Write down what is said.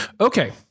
Okay